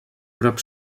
prop